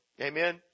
Amen